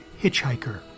Hitchhiker*